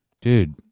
Dude